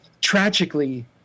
tragically